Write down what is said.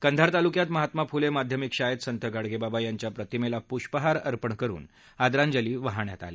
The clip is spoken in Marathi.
कंधार तालुक्यात महात्मा फुले माध्यमिक शाळेत संत गाडगेबाबा यांच्या प्रतिमेला प्रष्पहार अर्पण करून आदरांजली वाहण्यात आली